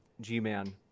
G-Man